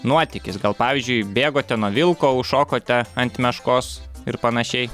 nuotykis gal pavyzdžiui bėgote nuo vilko užšokote ant meškos ir panašiai